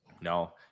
No